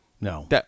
No